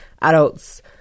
adults